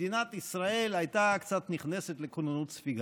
מדינת ישראל הייתה קצת נכנסת לכוננות ספיגה.